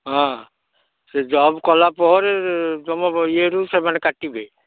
ହଁ ସେ ଜବ୍ କଲାପରେ ତୁମ ଇଏରୁ ସେମାନେ କାଟିବେ